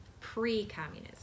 pre-communism